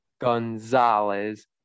Gonzalez